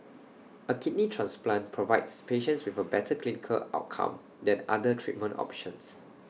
A kidney transplant provides patients with A better clinical outcome than other treatment options